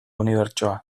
unibertsoa